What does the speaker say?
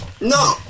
No